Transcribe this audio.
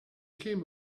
came